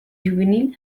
juvenil